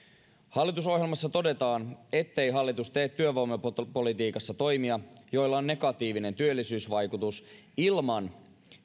hallitusohjelmassa todetaan ettei hallitus tee työvoimapolitiikassa toimia joilla on negatiivinen työllisyysvaikutus ilman